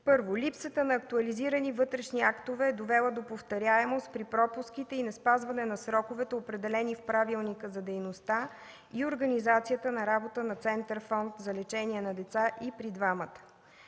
Първо, липсата на актуализирани вътрешни актове е довела до повтаряемост при пропуските и неспазване на сроковете, определени в Правилника за дейността и организацията на работа на Център „Фонд за лечение на деца” и при двамата.